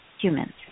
humans